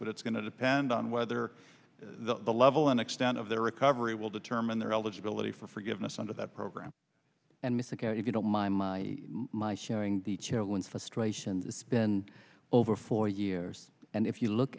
but it's going to depend on whether the level and extent of their recovery will determine their eligibility for forgiveness under that program and miss again if you don't mind my my hearing the children frustrations it's been over for years and if you look